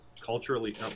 Culturally